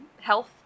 health